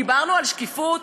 דיברנו על שקיפות?